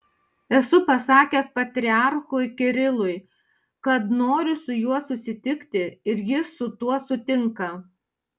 esu pasakęs patriarchui kirilui kad noriu su juo susitikti ir jis su tuo sutinka